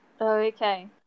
Okay